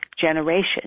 generation